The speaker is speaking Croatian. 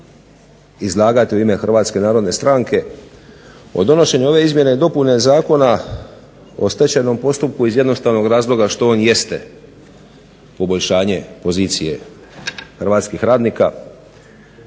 izlagati u ime HNS-a o donošenju ove izmjene i dopune Zakona o stečajnom postupku iz jednostavnog razloga što on jeste poboljšanje pozicije hrvatskih radnika